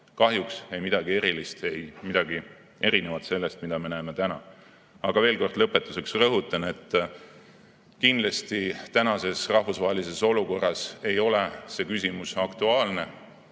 Kahjuks ei midagi erilist, ei midagi erinevat sellest, mida me näeme täna. Aga ma veel kord lõpetuseks rõhutan, et kindlasti tänases rahvusvahelises olukorras ei ole see küsimus aktuaalne.